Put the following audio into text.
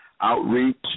outreach